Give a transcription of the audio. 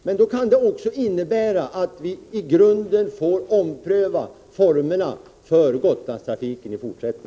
Men då kan det också innebära att vi i grunden får ompröva formerna för Gotlandstrafiken.